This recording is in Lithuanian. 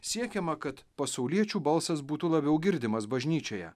siekiama kad pasauliečių balsas būtų labiau girdimas bažnyčioje